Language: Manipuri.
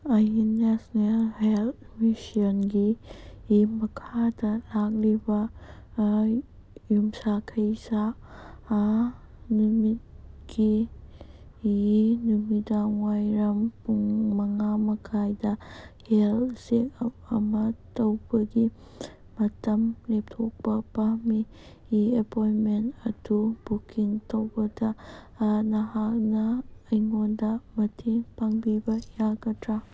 ꯑꯩ ꯅꯦꯁꯅꯦꯜ ꯍꯦꯜꯠ ꯃꯤꯁꯟꯒꯤ ꯃꯈꯥꯗ ꯂꯥꯛꯂꯤꯕ ꯌꯨꯝꯁꯥꯀꯩꯁꯥ ꯅꯨꯃꯤꯠꯀꯤ ꯅꯨꯃꯤꯗꯥꯡꯋꯥꯏꯔꯝ ꯄꯨꯡ ꯃꯉꯥ ꯃꯈꯥꯏꯗ ꯍꯦꯜꯠ ꯆꯦꯛ ꯑꯞ ꯑꯃ ꯇꯧꯕꯒꯤ ꯃꯇꯝ ꯂꯦꯞꯊꯣꯛꯄ ꯄꯥꯝꯃꯤ ꯑꯦꯄꯣꯏꯟꯃꯦꯟ ꯑꯗꯨ ꯕꯨꯀꯤꯡ ꯇꯧꯕꯗ ꯅꯍꯥꯛꯅ ꯑꯩꯉꯣꯟꯗ ꯃꯇꯦꯡ ꯄꯥꯡꯕꯤꯕ ꯌꯥꯒꯗ꯭ꯔꯥ